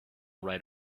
right